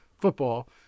football